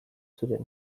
ziren